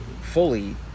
fully